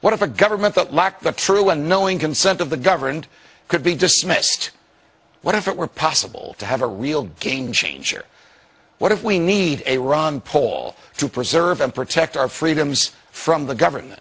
what if a government that lacked the true unknowing consent of the governed could be dismissed what if it were possible to have a real game changer what if we need a ron paul to preserve and protect our freedoms from the government